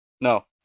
no